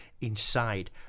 inside